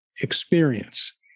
experience